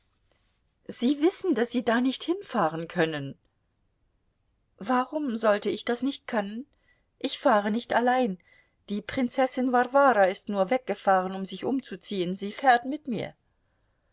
sie wissen daß sie da nicht hinfahren können warum sollte ich das nicht können ich fahre nicht allein die prinzessin warwara ist nur weggefahren um sich umzuziehen sie fährt mit mir